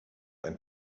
ein